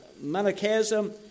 Manichaeism